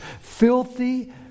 filthy